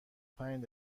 پنج